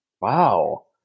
Wow